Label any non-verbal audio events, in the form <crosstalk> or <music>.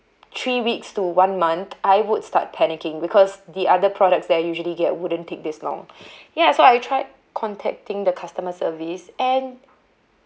three weeks to one month I would start panicking because the other products that I usually get wouldn't take this long <breath> ya so I tried contacting the customer service and